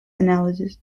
analysis